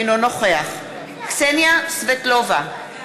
אינו נוכח קסניה סבטלובה,